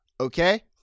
Okay